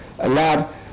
allowed